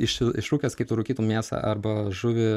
iš išrūkęs kaip tu rūkytum mėsą arba žuvį